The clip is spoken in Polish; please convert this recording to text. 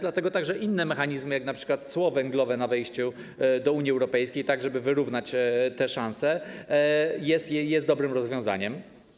Dlatego także inne mechanizmy, jak np. cło węglowe na wejściu do Unii Europejskiej, tak żeby wyrównać te szanse, są dobrym rozwiązaniem.